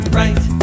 right